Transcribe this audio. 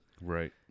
Right